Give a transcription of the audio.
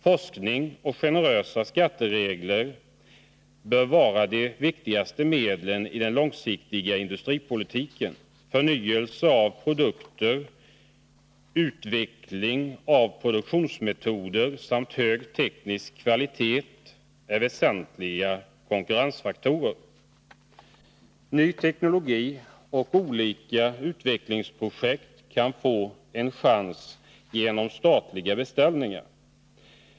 Forskning och generösa skatteregler bör vara de viktigaste medlen i den långsiktiga industripolitiken. Förnyelse av produkter, utveckling av produktionsmetoder samt hög teknisk kvalitet är väsentliga konkurrensfaktorer. Ny teknologi och olika utvecklingsprojekt kan få en chans genom statliga beställningar.